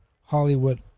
Hollywood